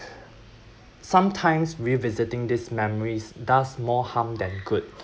sometimes revisiting these memories does more harm than good